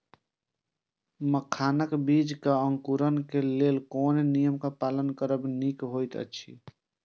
मखानक बीज़ क अंकुरन क लेल कोन नियम क पालन करब निक होयत अछि?